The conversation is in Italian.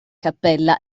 cappella